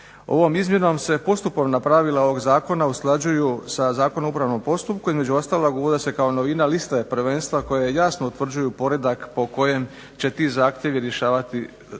Ovom izmjenom se postupovna pravila ovog zakona usklađuju sa Zakonom o upravnom postupku, između ostalog uvodi se kao novina liste prvenstva koje jasno utvrđuju poredak po kojem će ti zahtjevi rješavati, koji